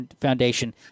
foundation